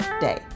day